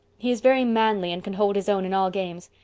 he is very manly and can hold his own in all games.